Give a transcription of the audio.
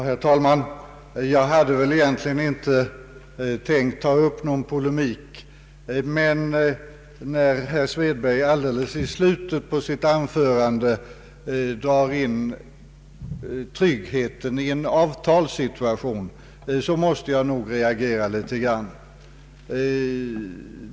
Herr talman! Jag hade egentligen inte tänkt ta upp någon polemik. Men när herr Svedberg i slutet av sitt anförande talade om tryggheten i samband med avtalsförhandlingar, så måste jag reagera.